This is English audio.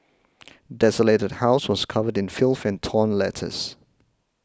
the desolated house was covered in filth and torn letters